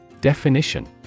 Definition